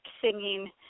singing